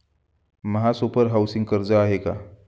महासुपर हाउसिंग कर्ज आहे का?